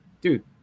dude